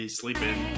sleeping